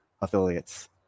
affiliates